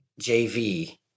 JV